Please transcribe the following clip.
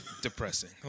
depressing